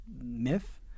myth